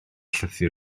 llythyr